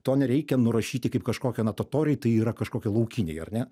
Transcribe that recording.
to nereikia nurašyti kaip kažkokio na totoriai tai yra kažkokie laukiniai ar ne